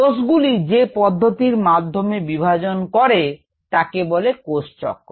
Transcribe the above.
কোষগুলি যে পদ্ধতির মাধ্যমে বিভাজন করে কাকে বলে কোষ চক্র